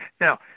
Now